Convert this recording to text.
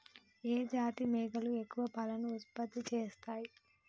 ఏ జాతి మేకలు ఎక్కువ పాలను ఉత్పత్తి చేస్తయ్?